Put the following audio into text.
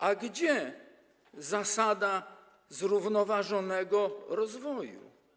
A gdzie zasada zrównoważonego rozwoju?